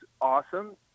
awesome